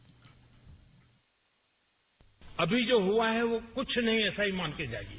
bite अभी जो हुआ है वो कुछ नहीं है ऐसा ही मान के जाइये